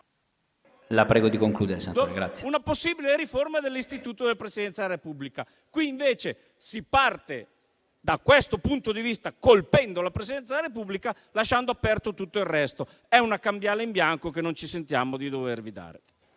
consente di affrontare anche una possibile riforma dell'istituto della Presidenza della Repubblica. In questo caso, invece, si parte da questo punto di vista, colpendo la Presidenza Repubblica e lasciando aperto tutto il resto. È una cambiale in bianco che non ci sentiamo di dovervi dare.